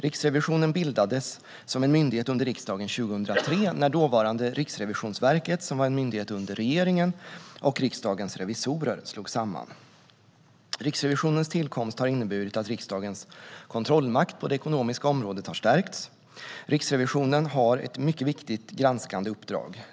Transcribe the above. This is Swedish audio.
Riksrevisionen bildades som en myndighet under riksdagen 2003, när dåvarande Riksrevisionsverket, som var en myndighet under regeringen, och Riksdagens revisorer slogs samman. Riksrevisionens tillkomst har inneburit att riksdagens kontrollmakt på det ekonomiska området stärkts. Riksrevisionen har ett mycket viktigt granskande uppdrag.